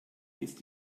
ist